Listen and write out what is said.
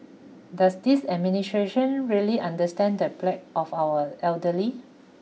does this really understand the plight of our elderly